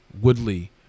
Woodley